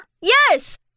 Yes